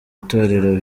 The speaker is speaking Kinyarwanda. itorero